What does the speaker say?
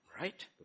Right